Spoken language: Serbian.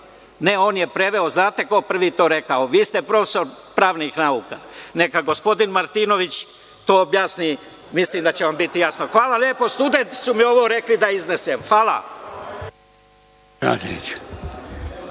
Ne, on je preveo, znate ko je to prvi rekao, vi ste profesor pravnih nauka, neka gospodin Martinović to objasni, mislim da će vam biti jasno. Studenti su mi rekli da ovo iznesem. Hvala.